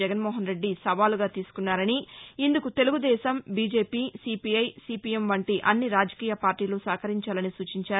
జగన్మోహన్రెడ్డి సవాలుగా తీసుకున్నారని ఇందుకు తెలుగుదేశం బిజెపి సిపిఐ సిపియం వంటి అన్ని రాజకీయ పార్టీలు సహకరించాలని సూచించారు